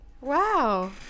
wow